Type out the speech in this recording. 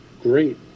great